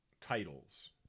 titles